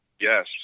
yes